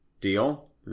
deal